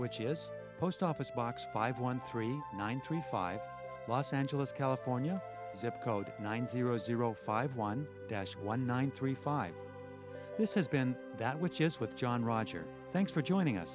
which is post office box five one three nine three five los angeles california zip code nine zero zero five one dash one nine three five this has been that which is what john rogers thanks for joining